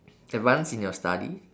advance in your study